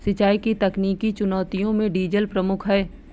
सिंचाई की तकनीकी चुनौतियों में डीजल प्रमुख है